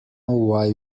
why